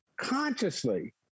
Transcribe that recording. consciously